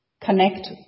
Connect